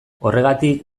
horregatik